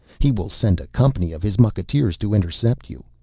he will send a company of his mucketeers to intercept you.